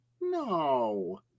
No